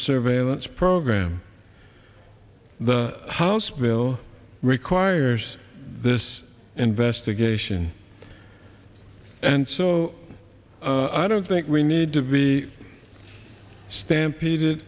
surveillance program the house bill requires this investigation and so i don't think we need to be stampeded